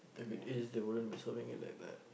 if it is they wouldn't be selling it that bad